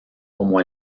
como